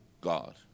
God